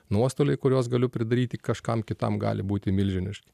nuostoliai kuriuos galiu pridaryti kažkam kitam gali būti milžinišk